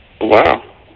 Wow